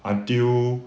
until